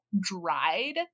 dried